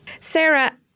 Sarah